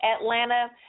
Atlanta